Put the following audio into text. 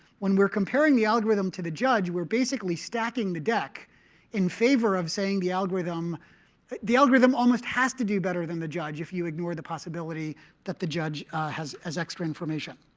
when we're comparing the algorithm to the judge, we're basically stacking the deck in favor of saying, the algorithm the algorithm almost has to do better than the judge if you ignore the possibility that the judge has extra information.